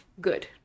good